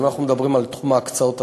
אם אנחנו מדברים על תחום ההקצאות עצמו,